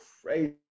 crazy